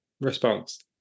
response